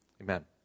Amen